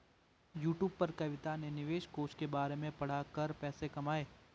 YouTube पर कविता ने निवेश कोष के बारे में पढ़ा कर पैसे कमाए